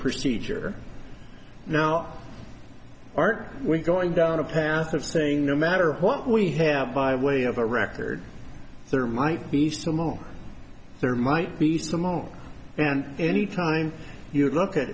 procedure now art we're going down a path of saying no matter what we have by way of a record there might be some oh there might be some along and any time you look at